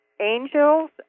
angels